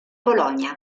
polonia